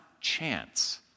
chance